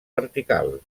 vertical